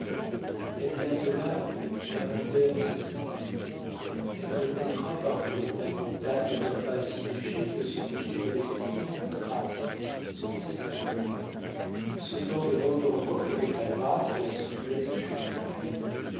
elle l'appela la panthère de sa tribu elle le montra parcourant les montagnes d'un pas si léger que son pied ne laissait aucune trace sur le sable sautant de roc en roc avec là grâce et la souplesse du jeûne daim